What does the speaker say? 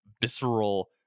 visceral